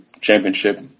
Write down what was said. championship